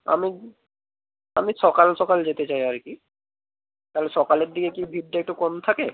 আমি আমি সকাল সকাল যেতে চাই আর কি তাহলে সকালের দিকে কি ভিড়টা একটু কম থাকে